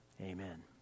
Amen